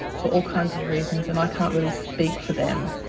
for all kinds of reasons and i can't really speak for them.